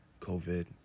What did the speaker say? COVID